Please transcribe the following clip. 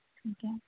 ਠੀਕ ਹੈ